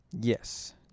Yes